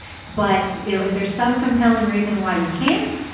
but, you know, if there's some compelling reason why you can't.